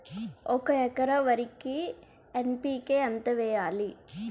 ఒక ఎకర వరికి ఎన్.పి.కే ఎంత వేయాలి?